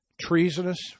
treasonous